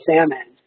Salmon